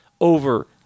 over